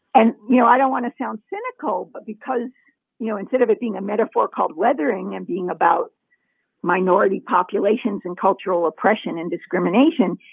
and, you know, i don't want to sound cynical, but because know, instead of it being a metaphor called weathering and being about minority populations and cultural oppression and discrimination,